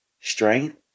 strength